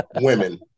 women